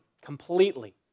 completely